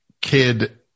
kid